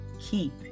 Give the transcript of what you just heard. Keep